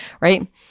Right